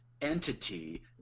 entity